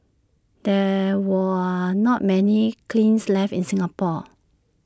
there were not many clings left in Singapore